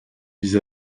vis